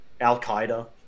Al-Qaeda